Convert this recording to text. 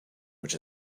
which